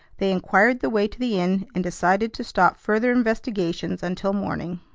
they inquired the way to the inn, and decided to stop further investigations until morning.